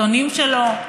התחתונים שלו,